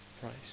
price